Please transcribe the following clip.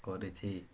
କରିଛି